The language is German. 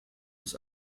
das